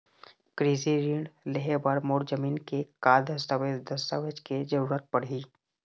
कृषि ऋण लेहे बर मोर जमीन के का दस्तावेज दस्तावेज के जरूरत पड़ही?